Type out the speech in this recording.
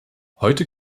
heute